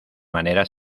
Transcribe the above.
manera